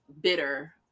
bitter